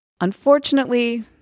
Unfortunately